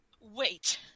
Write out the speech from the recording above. Wait